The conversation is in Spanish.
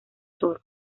thor